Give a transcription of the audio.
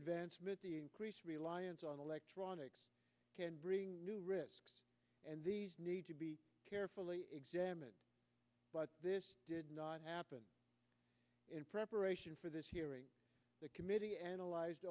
advanced reliance on electronics can bring new risks and these need to be carefully examined but this did not happen in preparation for this hearing the committee analyzed